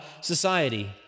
society